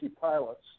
pilots